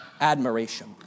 admiration